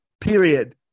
period